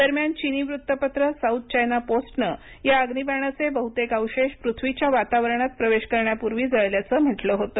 दरम्यान चिनी वृत्तपत्र साउथ चायना पोस्टने या अग्निबाणाचे बहुतेक अवशेष पृथ्वीच्या वातावरणात प्रवेश करण्यापूर्वी जळल्याच म्हटलं होतं